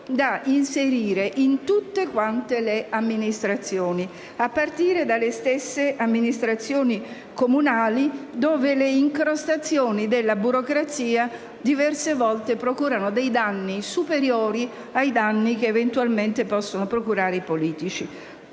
da inserire in tutte quante le amministrazioni, a partire dalle stesse amministrative comunali, dove le incrostazioni della burocrazia diverse volte procurano danni superiori a quelli che eventualmente possono procurare i politici.